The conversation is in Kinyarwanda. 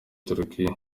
turikiya